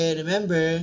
remember